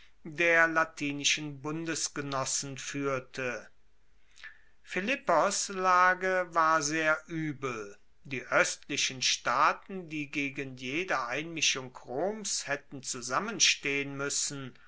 der latinischen bundesgenossen fuehrte philippos lage war sehr uebel die oestlichen staaten die gegen jede einmischung roms haetten zusammenstehen muessen